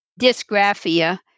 dysgraphia